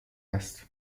است